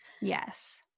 Yes